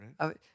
right